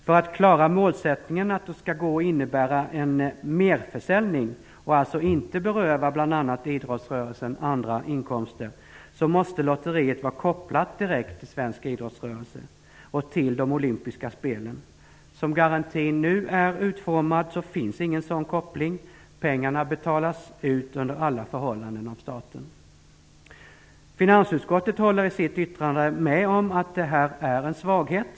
För att klara målsättningen att det skall innebära en merförsäljning, och alltså inte beröva bl.a. idrottsrörelsen andra inkomster, måste lotteriet vara kopplat direkt till svensk idrottsrörelse och till de olympiska spelen. Som garantin nu är utformad finns ingen sådan koppling. Pengarna betalas under alla förhållanden ut av staten. Finansutskottet håller i sitt yttrande med om att det här är en svaghet.